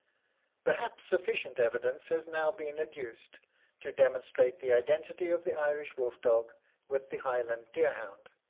perhaps sufficient evidence has now been adduced to demonstrate the identity of the irish wolf-dog with the highland deer-hound.